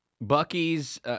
bucky's